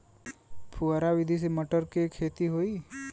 फुहरा विधि से मटर के खेती होई